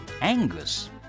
Angus